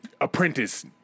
apprentice